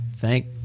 thank